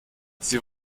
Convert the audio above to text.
sie